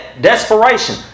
Desperation